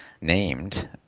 named